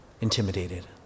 intimidated